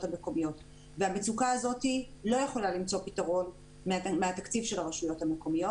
המקומיות והמצוקה הזאת לא יכולה למצוא פתרון מהתקציב של הרשויות המקומיות.